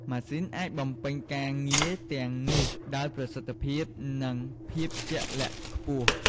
ម៉ាស៊ីនអាចបំពេញការងារទាំងនេះដោយប្រសិទ្ធភាព និងភាពជាក់លាក់ខ្ពស់។